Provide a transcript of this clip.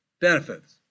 benefits